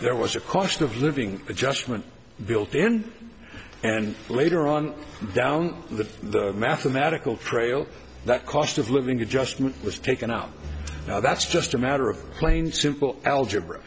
there was a cost of living adjustment built in and later on down the mathematical trail that cost of living adjustment was taken out now that's just a matter of plain simple algebra